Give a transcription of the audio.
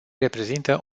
reprezintă